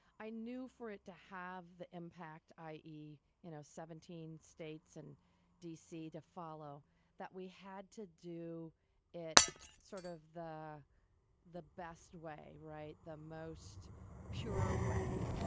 i knew for it to have impact i e. in you know seventeen states and d c. to follow that, we had to do it sort of the the best way, right? the most pure way.